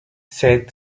said